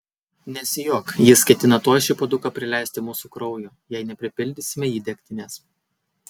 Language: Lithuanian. nesijuok jis ketina tuoj šį puoduką prileisti mūsų kraujo jei nepripildysime jį degtinės